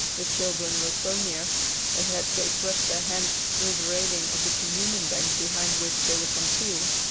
the children were so near that had they thrust their hands through the railing of the communion bank behind which they were concealed,